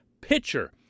pitcher